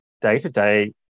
day-to-day